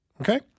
Okay